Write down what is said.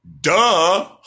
Duh